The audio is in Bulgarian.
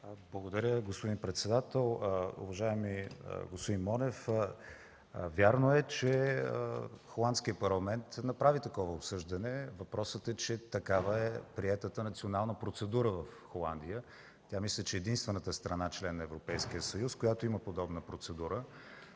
Благодаря, господин председател. Уважаеми господин Монев, вярно е, че Холандският парламент направи такова обсъждане, въпросът е, че приетата национална процедура в Холандия е такава. Мисля, че тя е единствената страна – член на Европейския съюз, която има подобна процедура.